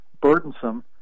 burdensome